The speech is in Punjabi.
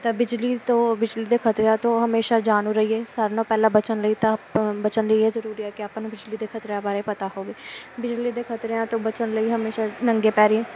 ਤਾਂ ਬਿਜਲੀ ਤੋਂ ਬਿਜਲੀ ਦੇ ਖ਼ਤਰਿਆਂ ਤੋਂ ਹਮੇਸ਼ਾਂ ਜਾਣੂ ਰਹੀਏ ਸਾਰਿਆਂ ਨਾਲੋਂ ਪਹਿਲਾਂ ਬਚਣ ਲਈ ਤਾਂ ਪ ਬਚਣ ਲਈ ਇਹ ਜ਼ਰੂਰੀ ਹੈ ਕਿ ਆਪਾਂ ਨੂੰ ਬਿਜਲੀ ਦੇ ਖ਼ਤਰਿਆਂ ਬਾਰੇ ਪਤਾ ਹੋਵੇ ਬਿਜਲੀ ਦੇ ਖ਼ਤਰਿਆਂ ਤੋਂ ਬਚਣ ਲਈ ਹਮੇਸ਼ਾਂ ਨੰਗੇ ਪੈਰੀਂ